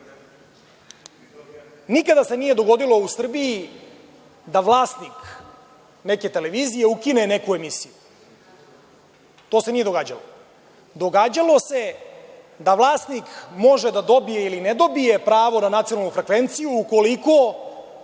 vlasti. Nikada se nije dogodilo u Srbiji da vlasnik neke televizije ukine neku emisiju. To se nije događalo. Događalo se da vlasnik može da dobije ili ne dobije pravo na nacionalnu frekvenciju ukoliko